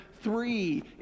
three